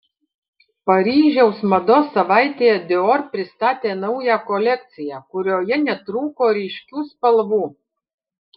paryžiaus mados savaitėje dior pristatė naują kolekciją kurioje netrūko ryškių spalvų